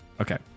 okay